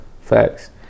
Facts